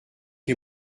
les